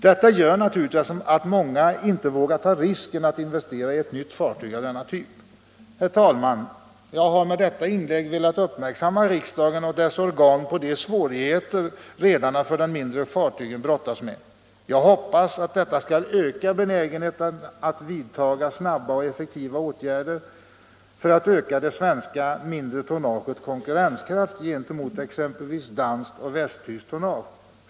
Detta gör naturligtvis att många inte vågar ta risken att investera i ett nytt fartyg av denna typ. Herr talman! Jag har med detta inlägg velat uppmärksamma riksdagen och dess organ på de svårigheter redarna för de mindre fartygen brottas med. Jag hoppas att detta skall öka benägenheten att vidta snabba och effektiva åtgärder för att öka det svenska mindre tonnagets konkurrenskraft gentemot exempelvis danskt och västtyskt tonnage.